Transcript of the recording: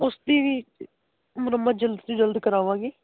ਉਸ ਦੀ ਵੀ ਮੁਰੰਮਤ ਜਲਦ ਤੋ ਜਲਦ ਕਰਾਵਾਂਗੇ